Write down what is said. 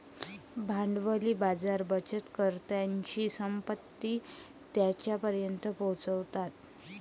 भांडवली बाजार बचतकर्त्यांची संपत्ती त्यांच्यापर्यंत पोहोचवतात